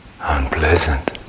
unpleasant